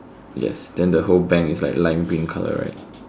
yes then the whole bank is like lime green color right